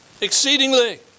exceedingly